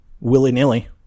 willy-nilly